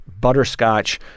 butterscotch